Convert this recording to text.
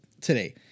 today